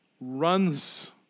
runs